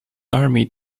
army